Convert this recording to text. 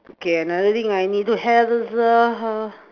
okay another thing I need to have is a